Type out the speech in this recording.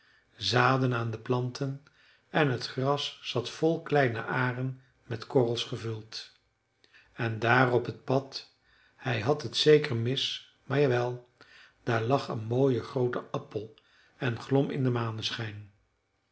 zaden aan de planten en t gras zat vol kleine aren met korrels gevuld en daar op het pad hij had het zeker mis maar jawel daar lag een mooie groote appel en glom in den